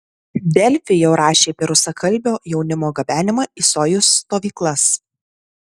delfi jau rašė apie rusakalbio jaunimo gabenimą į sojuz stovyklas